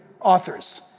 authors